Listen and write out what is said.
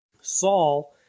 Saul